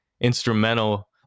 instrumental